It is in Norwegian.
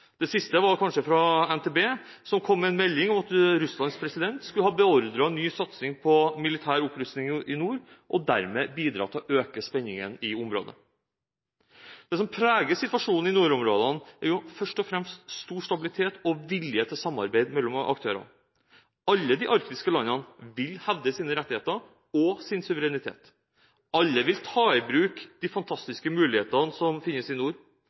Det kanskje siste var fra NTB, som kom med en melding om at Russlands president skulle ha beordret ny satsing på militær opprustning i nord, og dermed bidratt til å øke spenningen i området. Det som preger situasjonen i nordområdene, er først og fremst stor stabilitet og vilje til samarbeid mellom aktørene. Alle de arktiske landene vil hevde sine rettigheter og sin suverenitet. Alle vil ta i bruk de fantastiske mulighetene som finnes i nord.